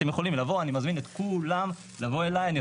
אתם יכולים לבוא, אני מזמין את כולם לבוא אליי.